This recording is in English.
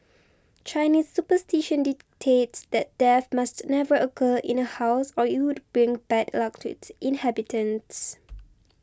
Chinese superstition dictates that death must never occur in a house or it would bring bad luck to its inhabitants